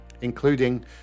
including